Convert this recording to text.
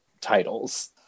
titles